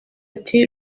ati